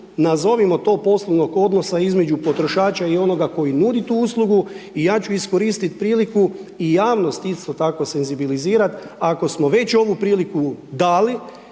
nazovimo to poslovnog odnosa između potrošača i onoga koji nudi tu uslugu i ja ću iskoristiti priliku i javnost isto tako senzibilizirati, ako smo već ovu priliku dali,